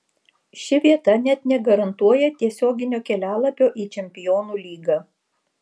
ši vieta net negarantuoja tiesioginio kelialapio į čempionų lygą